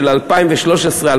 של 2013 2014,